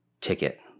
ticket